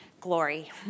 glory